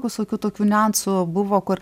visokių tokių niuansų buvo kur